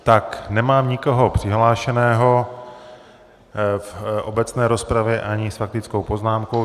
Tak nemám nikoho přihlášeného v obecné rozpravě ani s faktickou poznámkou.